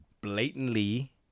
blatantly